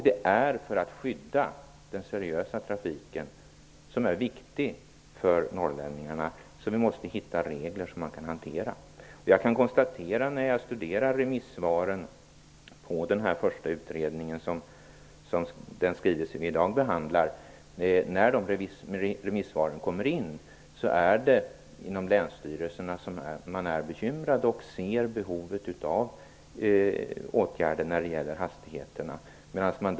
Det är för att skydda den seriösa trafiken som är viktig för norrlänningarna som vi måste hitta regler som man kan hantera. När jag studerar remissvaren på den första utredningen kan jag konstatera att det är inom länsstyrelserna som man är bekymrad och ser behovet av åtgärder när det gäller hastigheterna.